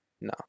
no